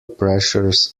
pressures